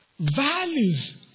values